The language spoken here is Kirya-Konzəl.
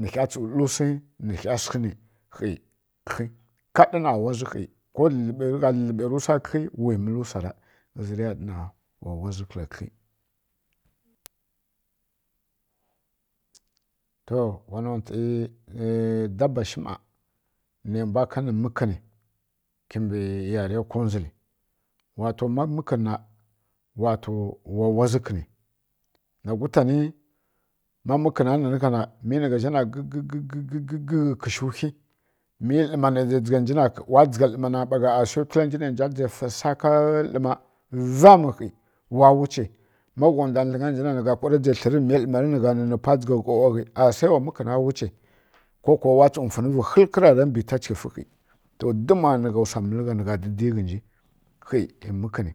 Nǝ ghǝ tsu tlǝr sǝ nǝ hyi sghǝ nǝ hyi kǝlyi dǝ na dlǝdlǝbǝ ko dlǝdlǝbǝ sa klyi kadi na mbanǝ wa notǝ daba sǝghǝ ma nɑ mbwa ka nǝ mǝkǝnǝ kimɓǝ yaraya kongǝl ma kimbǝ to wa waji kǝnǝ ma mǝkǝnǝ nanǝ gha gigighǝ ghǝshǝ hyi wa ja lǝma mba gha nǝ asa tlanji nǝ nja tzǝ sa lǝma zgan hyi wa wuci ma gha nda dlǝgha ghǝnji nǝ gha jǝ tlǝr tǝ mǝ lǝma nǝ gha nǝnǝ pa ja hyuw wakǝ swa wa mǝkǝnǝ wuci ko wa tsu funǝvǝ hyilikǝ tari mbǝ kǝla cighǝfǝ hyi to dim mu nǝ gha gha tǝ pa didighǝnji hyi mǝkǝnǝ